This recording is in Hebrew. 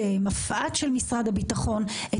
מפא"ת של משרד הביטחון,